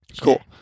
Cool